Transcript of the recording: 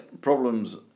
Problems